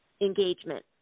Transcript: engagement